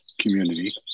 community